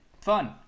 Fun